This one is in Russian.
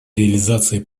реализации